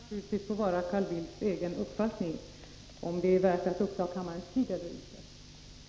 Herr talman! Det sista får naturligtvis vara Carl Bildts egen uppfattning — om det är värt att uppta kammarens tid eller inte.